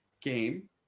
game